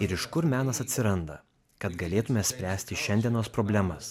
ir iš kur menas atsiranda kad galėtume spręsti šiandienos problemas